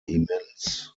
immens